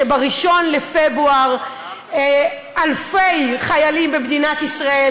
כשב-1 בפברואר אלפי חיילים במדינת ישראל